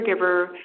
caregiver